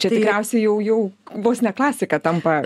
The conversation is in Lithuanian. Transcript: čia tikriausiai jau jau vos ne klasika tampa